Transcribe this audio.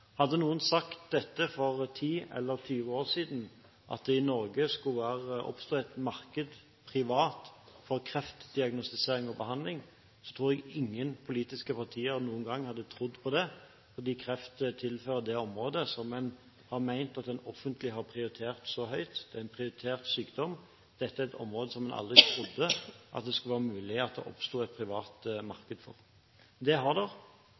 Hadde noen sagt for 10 eller 20 år siden at det i Norge også ville være et privat marked for kreftdiagnostisering og -behandling, tror jeg ingen politiske partier noen gang ville trodd på det, for kreft tilhører det området som en har ment at det offentlige har prioritert høyt – det er en prioritert sykdom. Dette er et område der en aldri hadde trodd det ville kunne oppstå et privat marked. Det har